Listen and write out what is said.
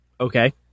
Okay